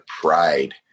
pride